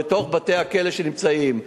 לתוך בתי-הכלא שנמצאים.